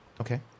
Okay